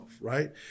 right